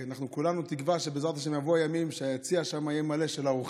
כולנו תקווה שבעזרת השם יבואו ימים שיציע האורחים